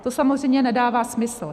To samozřejmě nedává smysl.